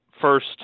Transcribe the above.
first